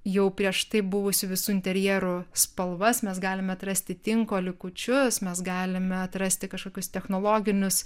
jau prieš tai buvusių visų interjerų spalvas mes galime atrasti tinko likučius mes galime atrasti kažkokius technologinius